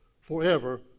forever